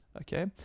okay